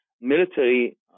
military